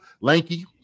lanky